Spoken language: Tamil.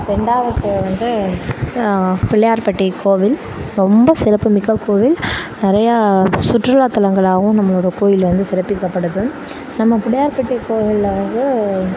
ரெண்டாவது வந்து பிள்ளையார்பட்டி கோவில் ரொம்ப சிறப்புமிக்க கோவில் நிறையா சுற்றுலா தலங்களாகவும் நம்மளோட கோவில் வந்து சிறப்பிக்கப்படுது நம்ம பிள்ளையார்பட்டி கோவிலில் வந்து